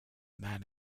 man